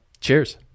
Cheers